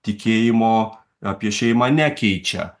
tikėjimo apie šeimą nekeičia